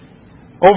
Over